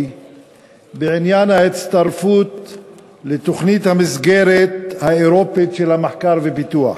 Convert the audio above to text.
בעניין ההצטרפות לתוכנית המסגרת האירופית של המחקר והפיתוח.